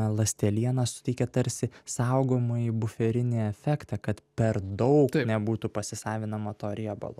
ląsteliena suteikia tarsi saugojamąjį buferinį efektą kad per daug nebūtų pasisavinama to riebalo